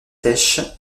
tech